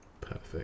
Perfect